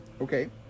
Okay